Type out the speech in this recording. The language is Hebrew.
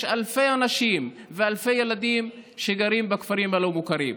אלפי אנשים ואלפי ילדים שגרים בכפרים הלא-מוכרים.